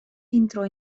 entrò